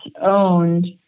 owned